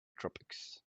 tropics